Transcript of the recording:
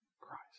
Christ